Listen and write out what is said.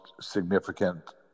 significant